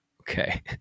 Okay